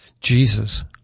Jesus